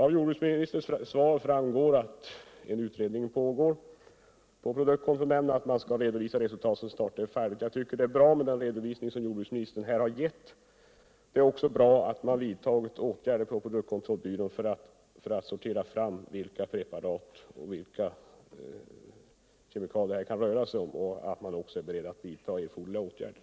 Av jordbruksministerns svar framgår att en utredning pågår hos produktkontrollnämnden och att man skall redovisa resultatet så snart den är färdig. Jag tycker att det är bra med den redovisning som jordbruksministern här har givil. Det är också bra att man har vidtagit åtgärder på produktkontrollbyrån för att sortera fram vilka preparat och kemikalier de förfalskade analysresultaten avser och att man också är beredd att vidta andra erforderliga åtgärder.